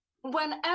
Whenever